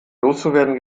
loszuwerden